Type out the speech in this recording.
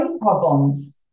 problems